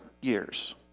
years